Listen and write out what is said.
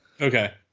Okay